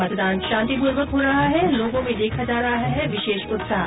मतदान शांतिपूर्ण हो रहा है लोगों में देखा जा रहा है विशेष उत्साह